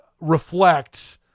reflect